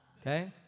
Okay